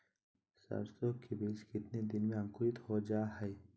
सरसो के बीज कितने दिन में अंकुरीत हो जा हाय?